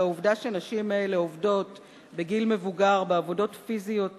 והעובדה שהנשים האלה עובדות בגיל מבוגר בעבודות פיזיות קשות,